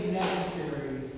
necessary